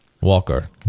Walker